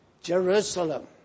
Jerusalem